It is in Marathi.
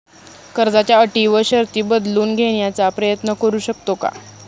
कर्जाच्या अटी व शर्ती बदलून घेण्याचा प्रयत्न करू शकतो का?